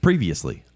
Previously